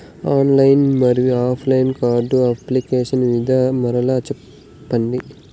Online మరియు offline card application వివిధ మార్గాలు సెప్పండి?